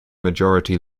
majority